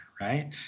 right